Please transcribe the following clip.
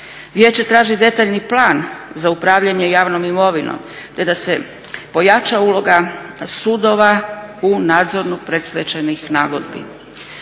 Vijeće traži detaljni plan za upravljanje javnom imovinom, te da se pojača uloga sudova u nadzoru predstečajnih nagodbi.